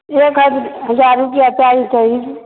एक हजार रुपैआ चाही तऽ ई